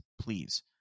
Please